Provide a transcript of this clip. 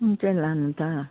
कुन चाहिँ लानु त